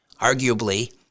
Arguably